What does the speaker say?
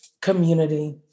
community